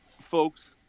folks—